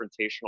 confrontational